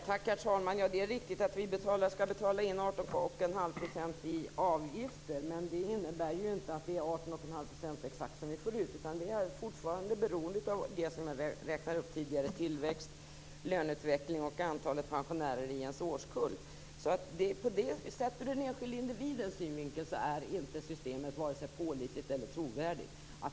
Herr talman! Det är riktigt att vi skall betala in 18 1⁄2 % i avgifter. Men det innebär ju inte att vi får ut exakt 18 1⁄2 %. Det är fortfarande beroende av det som jag räknade upp tidigare, nämligen tillväxt, löneutveckling och antalet pensionärer i ens årskull.